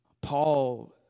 Paul